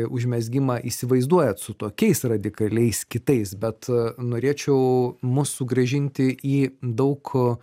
užmezgimą įsivaizduojat su tokiais radikaliais kitais bet norėčiau mus sugrąžinti į daug